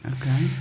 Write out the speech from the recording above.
Okay